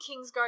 Kingsguard